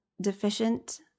deficient